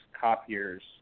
copiers